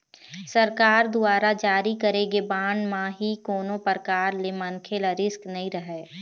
सरकार दुवारा जारी करे गे बांड म ही कोनो परकार ले मनखे ल रिस्क नइ रहय